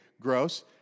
gross